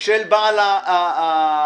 של בעל האולם.